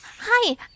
Hi